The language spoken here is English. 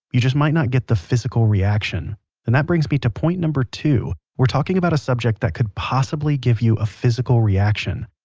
you just might not get the physical reaction. and that brings me to point number two we're talking about a subject that could possibly give you a physical reaction.